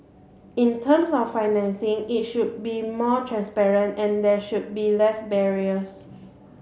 in terms of financing it should be more transparent and there should be less barriers